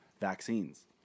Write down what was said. vaccines